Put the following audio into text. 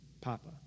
Papa